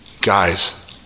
Guys